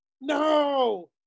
No